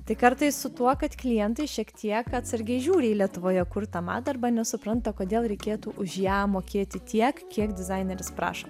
tai kartais su tuo kad klientai šiek tiek atsargiai žiūri į lietuvoje kurtą madą arba nesupranta kodėl reikėtų už ją mokėti tiek kiek dizaineris prašo